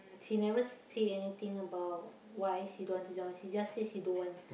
she never say anything about why she don't want to join she just say she don't want